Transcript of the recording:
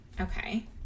Okay